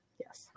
yes